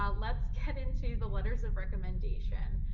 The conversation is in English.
um let's head into the letters of recommendation.